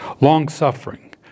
long-suffering